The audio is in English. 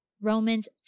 Romans